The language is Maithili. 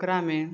ओकरामे